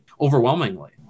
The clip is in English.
overwhelmingly